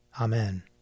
Amen